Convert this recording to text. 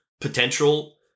potential